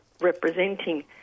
representing